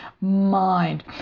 mind